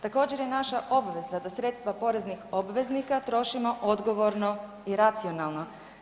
Također je naša obveza da sredstva poreznih obveznika trošimo odgovorno i racionalno.